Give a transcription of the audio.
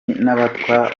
n’abatwa